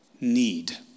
need